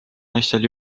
naistel